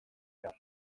behar